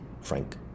Frank